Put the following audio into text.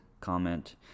comment